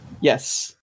Yes